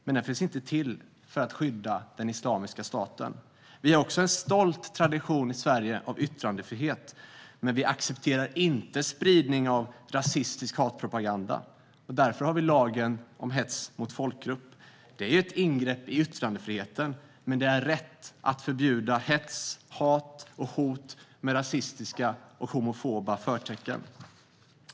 Men den finns inte till för att skydda Islamiska staten. Vi har också en stolt tradition av yttrandefrihet. Men vi accepterar inte spridning av rasistisk hatpropaganda. Därför har vi lagen om hets mot folkgrupp. Den är ett ingrepp i yttrandefriheten, men det är rätt att förbjuda hets, hat och hot med rasistiska och homofoba förtecken.